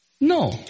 No